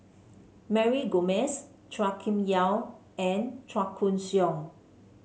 Mary Gomes Chua Kim Yeow and Chua Koon Siong